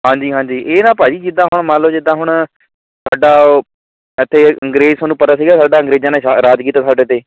ਹਾਂਜੀ ਹਾਂਜੀ ਇਹ ਨਾ ਭਾਅ ਜੀ ਜਿੱਦਾਂ ਹੁਣ ਮੰਨ ਲਓ ਜਿੱਦਾਂ ਹੁਣ ਸਾਡਾ ਇੱਥੇ ਅੰਗਰੇਜ਼ ਤੁਹਾਨੂੰ ਪਤਾ ਸੀਗਾ ਸਾਡਾ ਅੰਗਰੇਜ਼ਾਂ ਨੇ ਸ਼ਾਹ ਰਾਜ ਕੀਤਾ ਸਾਡੇ 'ਤੇ